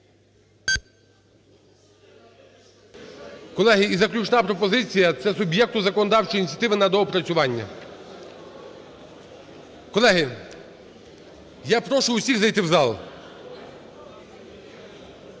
Колеги, і заключна пропозиція – це суб'єкту законодавчої ініціативи на доопрацювання. Колеги, я прошу усіх зайти в зал.